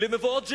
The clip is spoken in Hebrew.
למבואות ג'נין,